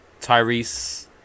Tyrese